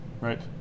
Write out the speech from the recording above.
Right